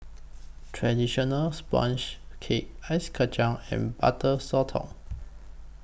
Traditional Sponge Cake Ice Kachang and Butter Sotong